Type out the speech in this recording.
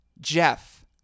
Jeff